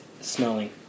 smelling